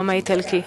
העם האיטלקי.